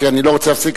כי אני לא רוצה להפסיק,